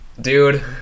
Dude